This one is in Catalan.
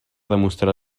demostrar